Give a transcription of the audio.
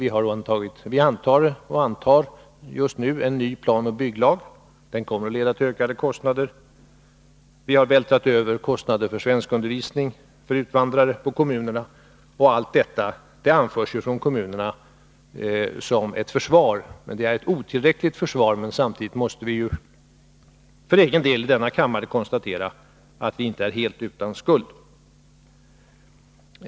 Vi antar just nu en ny planoch bygglag. Den kommer att leda till en ökning av kostnaderna. Vi har på kommunerna vältrat över kostnader för svenskundervisning för invandrare. Allt detta anförs ju från kommunernas sida som ett försvar. Det är ett otillräckligt försvar, men samtidigt måste vi för egen del, i denna kammare, konstatera att vi inte är helt utan skuld.